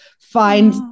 find